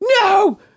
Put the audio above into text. no